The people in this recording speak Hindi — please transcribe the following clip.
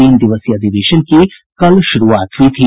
तीन दिवसीय अधिवेशन की कल शुरूआत हुई थी